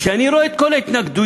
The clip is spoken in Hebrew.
כשאני רואה את כל ההתנגדויות,